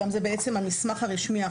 זה בעצם המסמך הרשמי,